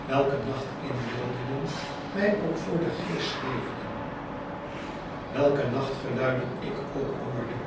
welke nacht inbeeldingen mij ook voor den geest zweefden welke nachtgeluiden ik ook hoorde